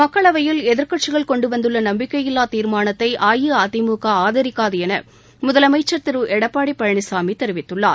மக்களவையில் எதிர்க்கட்சிகள் கொண்டு வந்துள்ள நம்பிக்கையில்லா தீர்மானத்தை அஇஅதிமுக ஆதரிக்காது என முதலமைச்சர் திரு எடப்பாடி பழனிசாமி தெரிவித்துள்ளார்